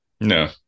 No